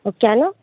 ও কেন